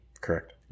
Correct